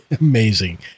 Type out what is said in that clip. Amazing